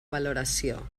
valoració